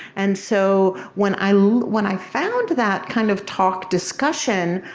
and so when i like when i found that kind of talk discussion,